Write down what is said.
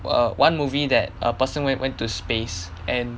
err one movie that a person went went to space and